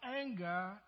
anger